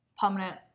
permanent